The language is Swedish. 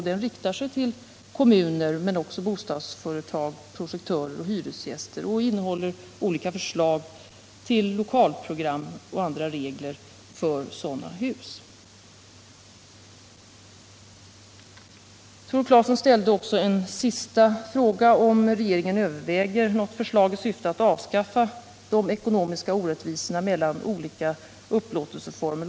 Den riktar sig till kommuner men också till bostadsföretag, projektörer och hyresgäster och innehåller olika slag av lokalprogram och andra regler för sådana hus. Tore Claeson ställde en sista fråga, nämligen om regeringen överväger något förslag i syfte att avskaffa de ekonomiska orättvisorna mellan olika upplåtelseformer.